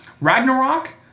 Ragnarok